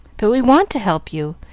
but we want to help you,